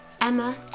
emma